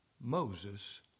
Moses